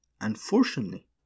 Unfortunately